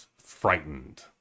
frightened